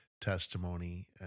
testimony